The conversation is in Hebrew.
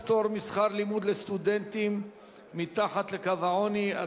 פטור משכר לימוד לסטודנטים מתחת לקו העוני),